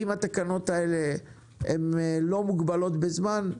אם התקנות האלה לא מוגבלות בזמן,